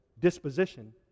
disposition